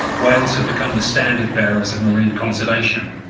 whales have become the standard bearers of marine conservation.